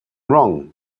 wrong